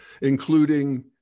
including